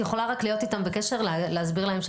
את יכולה לשבת סביב השולחן,